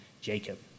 Jacob